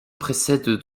précède